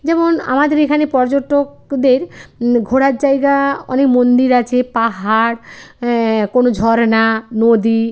যেমন আমাদের এখানে পর্যটকদের ঘোরার জায়গা অনেক মন্দির আছে পাহাড় কোনো ঝরনা নদী